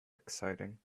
exciting